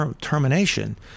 termination